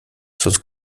sonst